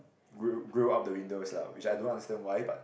grill grill up the windows lah which I don't understand why but